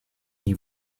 die